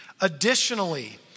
Additionally